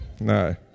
No